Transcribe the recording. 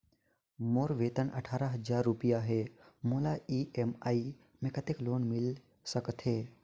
मोर वेतन अट्ठारह हजार रुपिया हे मोला ई.एम.आई मे कतेक लोन मिल सकथे?